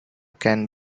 can